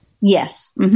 Yes